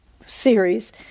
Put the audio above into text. series